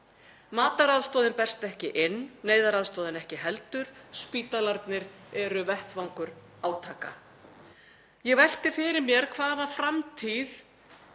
Mataraðstoðin berst ekki inn, neyðaraðstoðin ekki heldur. Spítalarnir eru vettvangur átaka. Ég velti fyrir mér hvaða framtíð